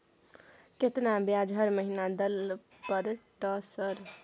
केतना ब्याज हर महीना दल पर ट सर?